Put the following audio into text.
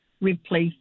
replace